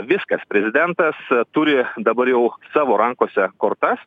viskas prezidentas turi dabar jau savo rankose kortas